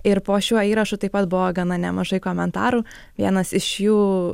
ir po šiuo įrašu taip pat buvo gana nemažai komentarų vienas iš jų